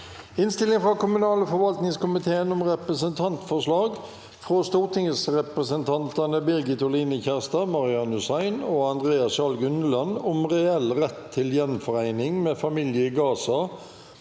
Innstilling fra kommunal- og forvaltningskomiteen om Representantforslag frå stortingsrepresentantane Birgit Oline Kjerstad, Marian Hussein og Andreas Sjalg Unneland om reell rett til gjenforeining med familie i Gaza